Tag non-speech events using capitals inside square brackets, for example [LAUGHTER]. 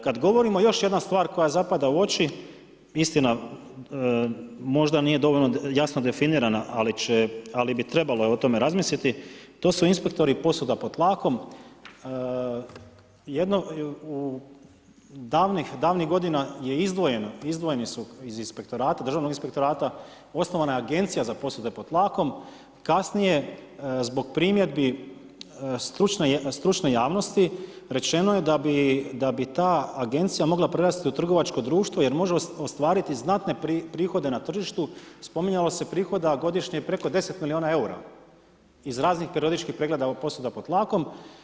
Kada govorimo još jedna stvar koja zapada u oči, istina, možda nije dovoljno jasno definirana, ali bi trebala o tome razmisliti, to su inspektori, … [UNINTELLIGIBLE] pod tlakom, jedno u davnih davnih godina, je izdvojeno, iz državnog inspektorata, osnovana je agencija za posude pod tlakom, kasnije zbog primjedbi stručne javnosti, rečeno je da bi ta agencija mogla prerasti u trgovačko društvo, jer može ostvariti znatne prihode na tržištu, spominjalo se je prihoda godišnje preko 10 milijuna eura, iz raznih periodičnih pregleda posuda pod tlakom.